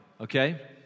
okay